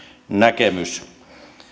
näkemys